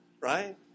Right